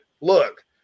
look